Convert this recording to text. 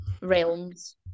realms